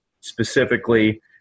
specifically